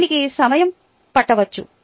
దీనికి సమయం పట్టవచ్చు